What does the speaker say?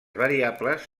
variables